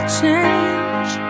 change